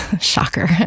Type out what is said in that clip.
Shocker